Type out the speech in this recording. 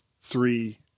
three